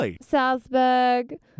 Salzburg